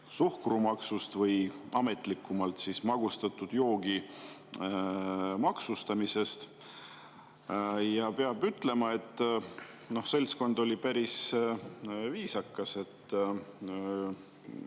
suhkrumaksu või ametlikumalt magustatud joogi maksustamise üle. Peab ütlema, et seltskond oli päris viisakas.